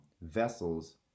vessels